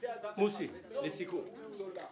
זו טעות גדולה.